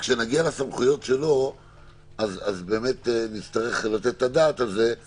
וכאשר נגיע לסמכויות שלו נצטרך לתת על זה את